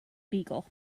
beagle